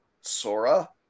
sora